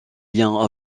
liens